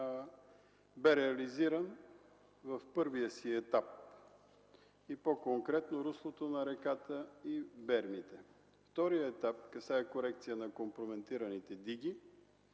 бе реализиран в първия си етап и по-конкретно – руслото на реката и бермите. Вторият етап касае корекция на компроментираните диги